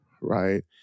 right